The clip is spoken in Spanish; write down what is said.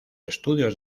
estudios